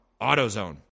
AutoZone